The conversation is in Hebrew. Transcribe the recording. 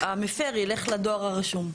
שהמפר ילך לדואר הרשום.